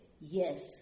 yes